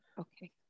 Okay